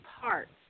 parts